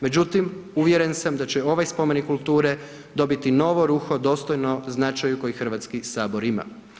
Međutim uvjeren sam da će ovaj spomenik kulture dobiti novo ruho dostojno značaju koji Hrvatski sabor ima.